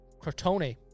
Crotone